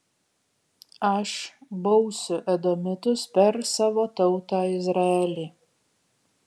aš bausiu edomitus per savo tautą izraelį